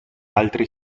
altri